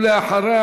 ואחריה,